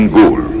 goal